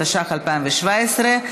התשע"ח 2017,